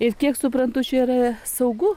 ir kiek suprantu čia yra saugu